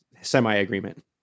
Semi-agreement